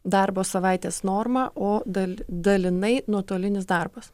darbo savaitės norma o dal dalinai nuotolinis darbas